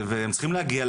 הם צריכים להגיע,